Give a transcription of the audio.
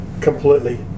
completely